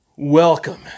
Welcome